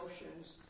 emotions